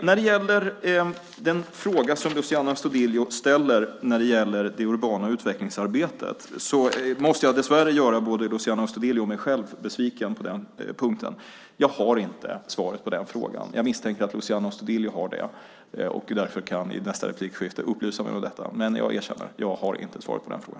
När det gäller den fråga som Luciano Astudillo ställer om det urbana utvecklingsarbetet måste jag dessvärre göra både Luciano Astudillo och mig själv besviken. Jag har inte svaret på den frågan. Jag misstänker att Luciano Astudillo har det och därför kan upplysa mig om detta i nästa replikskifte. Jag erkänner: Jag har inte svaret på den frågan.